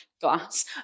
glass